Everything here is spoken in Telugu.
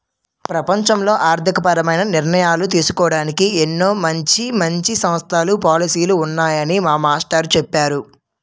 ప్రపంచంలో ఆర్థికపరమైన నిర్ణయాలు తీసుకోడానికి ఎన్నో మంచి మంచి సంస్థలు, పాలసీలు ఉన్నాయని మా మాస్టారు చెప్పేరు